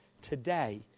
today